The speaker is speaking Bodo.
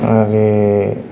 आरो